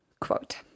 Quote